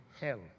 hell